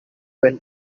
well